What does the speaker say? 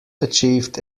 achieved